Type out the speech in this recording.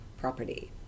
property